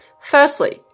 Firstly